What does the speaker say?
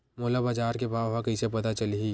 मोला बजार के भाव ह कइसे पता चलही?